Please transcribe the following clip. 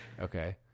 Okay